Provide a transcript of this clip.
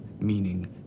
meaning